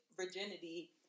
virginity